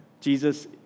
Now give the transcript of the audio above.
Jesus